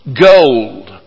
gold